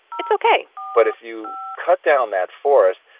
it's ok but if you cut down that forest,